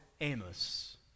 Amos